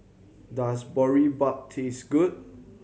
does Boribap taste good